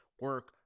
Work